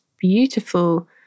beautiful